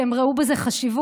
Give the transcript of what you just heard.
כי הם ראו בזה חשיבות,